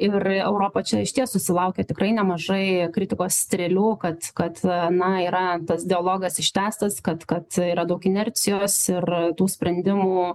ir europa čia išties susilaukia tikrai nemažai kritikos strėlių kad kad na yra tas dialogas ištęstas kad kad yra daug inercijos ir tų sprendimų